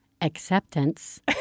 acceptance